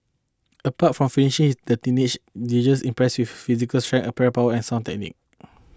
apart from finishing the teenager impressed with his physical strength aerial power and sound technique